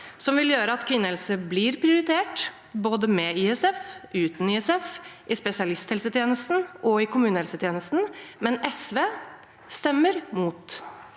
som vil gjøre at kvinnehelse blir prioritert, både med ISF, uten ISF, i spesialisthelsetjenesten og i kommunehelsetjenesten. Men SV stemmer imot.